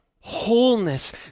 wholeness